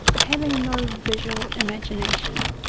having no visual imagination.